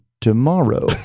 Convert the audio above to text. tomorrow